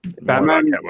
Batman